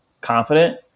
confident